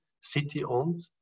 city-owned